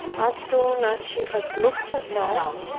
as soon as she had looked at us,